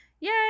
Yay